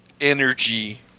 Energy